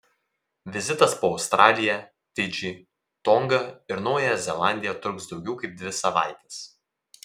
vizitas po australiją fidžį tongą ir naująją zelandiją truks daugiau kaip dvi savaites